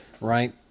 right